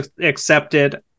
accepted